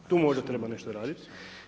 Tu možda treba nešto raditi.